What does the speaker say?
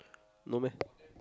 no meh